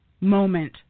moment